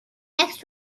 next